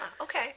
Okay